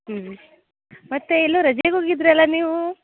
ಹ್ಞೂ ಮತ್ತೆ ಎಲ್ಲೋ ರಜೆಗೆ ಹೋಗಿದ್ರಲ್ಲ ನೀವು